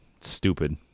stupid